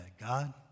God